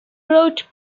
wrote